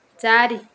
ଚାରି